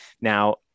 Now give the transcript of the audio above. now